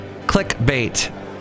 Clickbait